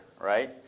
right